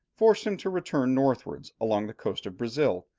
forced him to return northwards along the coast of brazil,